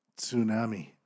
tsunami